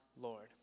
Lord